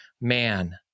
man